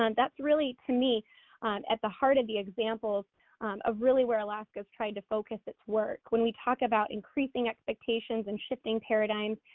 um that's really to me at the heart of the examples of really where alaska's tried to focus its work. when we talked about increasing expectations, and shifting paradigm,